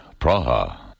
Praha